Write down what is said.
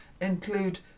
include